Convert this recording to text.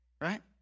right